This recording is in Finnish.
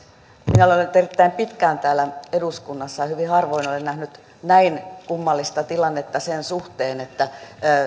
minä olen ollut erittäin pitkään täällä eduskunnassa ja hyvin harvoin olen nähnyt näin kummallista tilannetta sen suhteen että